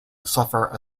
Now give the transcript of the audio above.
suffer